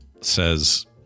says